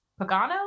Pagano